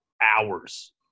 hours